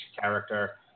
character